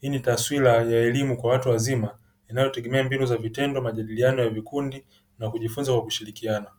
hii ni taswira ya elimu kwa watu wazima inayotegemea mbinu za vitendo, majadilano ya vikundi na kujifunza kwa kushirikiana.